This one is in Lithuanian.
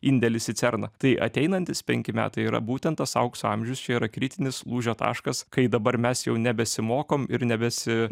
indėlis į cerną tai ateinantys penki metai yra būtent tas aukso amžius čia yra kritinis lūžio taškas kai dabar mes jau nebesimokom ir nebesi